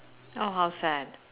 oh how sad